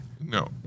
No